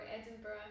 Edinburgh